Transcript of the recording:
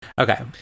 Okay